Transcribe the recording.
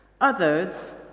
Others